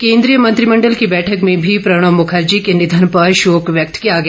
केंद्रीय मंत्रिमंडल की बैठक में भी प्रणब मुखर्जी के निर्धन पर शोक व्यक्त किया गया